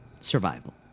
Survival